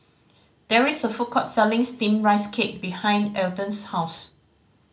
there is a food court selling Steamed Rice Cake behind Alden's house